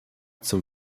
zum